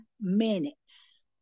minutes